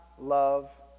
love